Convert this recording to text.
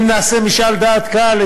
אם נעשה משאל דעת קהל,